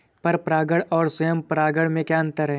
पर परागण और स्वयं परागण में क्या अंतर है?